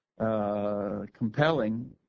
Compelling